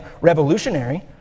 revolutionary